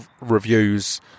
reviews